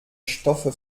stoffe